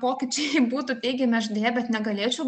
pokyčiai būtų teigiami aš deja bet negalėčiau